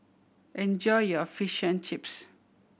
enjoy your Fish and Chips